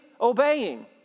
obeying